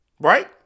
Right